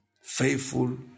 faithful